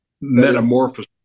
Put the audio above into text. metamorphosis